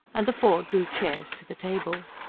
and the four drew chairs to the table.